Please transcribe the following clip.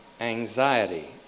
anxiety